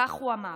כך הוא אמר.